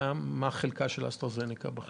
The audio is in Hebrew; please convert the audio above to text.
מה חלקה של אסטרה זנקה בחיסון?